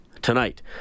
tonight